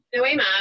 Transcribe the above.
Noema